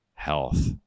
health